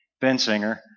Bensinger